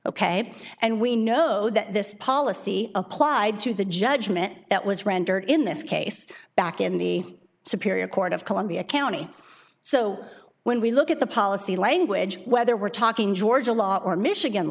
ok and we know that this policy applied to the judgment that was rendered in this case back in the superior court of columbia county so when we look at the policy language whether we're talking georgia law or michigan